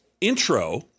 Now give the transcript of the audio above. intro